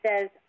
says